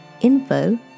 info